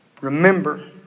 remember